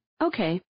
okay